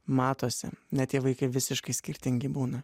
matosi ne tie vaikai visiškai skirtingi būna